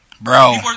bro